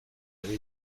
ari